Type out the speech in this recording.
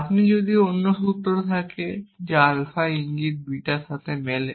আপনার যদি অন্য সূত্র থাকে যা আলফা ইঙ্গিত বিটা এর সাথে মেলে